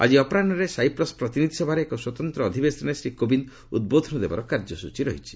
ଆଜି ଅପରାହୁରେ ସାଇପ୍ରସ୍ ପ୍ରତିନିଧି ସଭାରେ ଏକ ସ୍ୱତନ୍ତ୍ର ଅଧିବେଶନରେ ଶ୍ରୀ କୋବିନ୍ଦ୍ ଉଦ୍ବୋଧନ ଦେବାର କାର୍ଯ୍ୟସ୍ୱଚୀ ରହିଛି